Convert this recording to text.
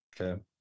Okay